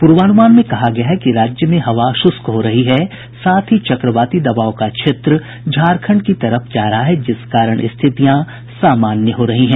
पूर्वानुमान में कहा गया है कि राज्य में हवा शुष्क हो रही है साथ ही चक्रवाती दबाव का क्षेत्र झारखंड की तरफ जा रहा है जिस कारण स्थितियां सामान्य हो रही हैं